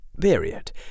period